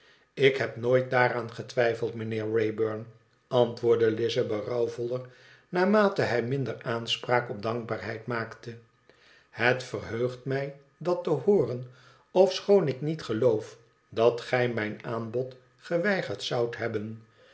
lik heb nooit daaraan getwijfeld mijnheer wraybum antwoordde lize berouwvoller naarmate hij minder aanspraak op dankbaarheid maakte ihet verheugt mij dat te hooren ofschoon ik niet geloof dat gij mijn aanbod geweigerd zoudt hebben